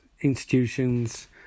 institutions